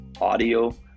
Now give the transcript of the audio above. audio